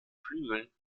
flügeln